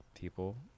people